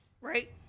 right